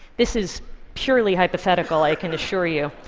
this is purely hypothetical, i can assure you.